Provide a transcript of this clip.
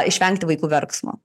išvengti vaikų verksmo